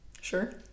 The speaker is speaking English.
sure